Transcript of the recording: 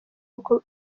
uko